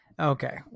Okay